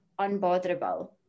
unbotherable